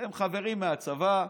הם חברים מהצבא,